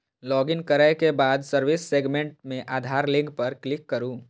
login करै के बाद सर्विस सेगमेंट मे आधार लिंक पर क्लिक करू